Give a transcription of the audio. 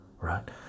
right